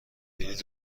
بلیط